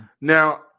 Now